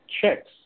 checks